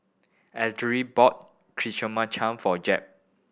Ellery bought Chimichangas for Jep